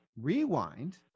rewind